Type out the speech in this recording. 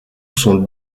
sont